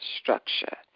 structure